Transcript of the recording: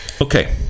Okay